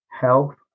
health